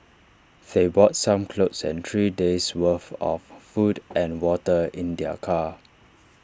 they brought some clothes and three days' worth of food and water in their car